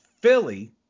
Philly